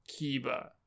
Kiba